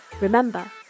Remember